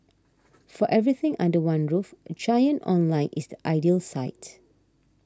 for everything under one roof Giant Online is the ideal site